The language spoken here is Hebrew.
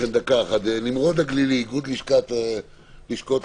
נמרוד הגלילי, איגוד לשכות המסחר.